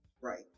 Right